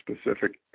specific